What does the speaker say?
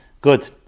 good